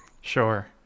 Sure